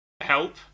help